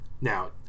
now